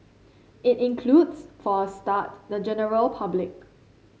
it includes for a start the general public